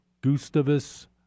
Gustavus